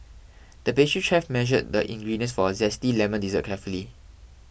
the pastry chef measured the ingredients for a Zesty Lemon Dessert carefully